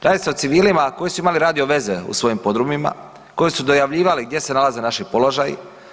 Radi se o civilima koji su imali radio veze u svojim podrumima, koji su dojavljivali gdje se nalaze naši položaji.